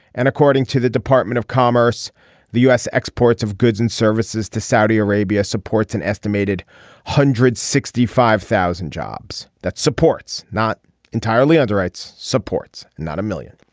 and according to the department of commerce the u s. exports of goods and services to saudi arabia supports an estimated hundred sixty five thousand jobs. that supports not entirely underwrites supports not a million.